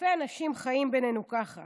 אלפי אנשים חיים בינינו ככה